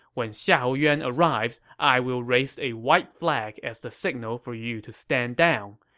when xiahou yuan arrives, i will raise a white flag as the signal for you to stand down.